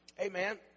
Amen